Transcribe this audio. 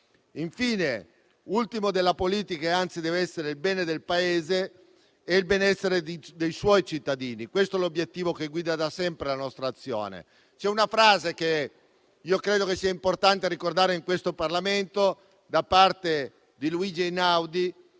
Il fine ultimo della politica deve essere il bene del Paese e il benessere dei suoi cittadini: questo l’obiettivo che guida da sempre la nostra azione. C’è una frase, che io credo sia importante ricordare in questo Parlamento, di Luigi Einaudi,